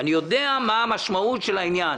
אני יודע מה המשמעות של העניין.